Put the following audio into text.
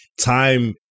time